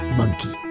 monkey